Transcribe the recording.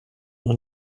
noch